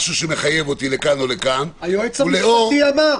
אין לי משהו שמחייב אותי לכאן או לכאן --- היועץ המשפטי אמר.